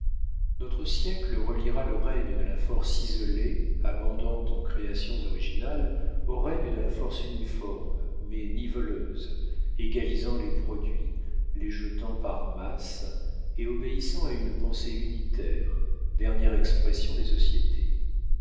notre siècle reliera le règne de la force isolée abondante en créations originales au règne de la force uniforme mais niveleuse égalisant les produits les jetant par masses et obéissant à une pensée unitaire dernière expression des sociétés